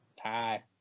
Hi